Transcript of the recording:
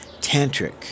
tantric